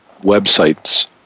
website's